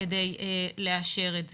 כדי לאשר את זה.